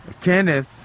Kenneth